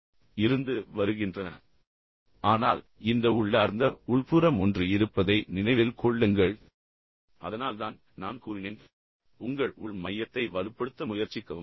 இதைப்பற்றி பின்னரும் நான் தொடர்ந்து பேசுவேன் ஆனால் இந்த உள்ளார்ந்த உள்புறம் ஒன்று இருப்பதை நினைவில் கொள்ளுங்கள் நான் அதில் அதில் கவனம் செலுத்த முயற்சிக்கிறேன் அதனால்தான் நான் கூறினேன் உங்கள் உள் மையத்தை வலுப்படுத்த முயற்சிக்கவும்